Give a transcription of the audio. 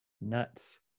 nuts